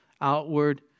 outward